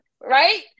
right